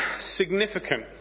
significant